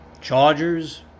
Chargers